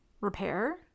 repair